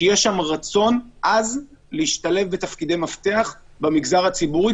שיש בה רצון עז להשתלב בתפקידי מפתח במגזר הציבורי,